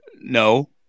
No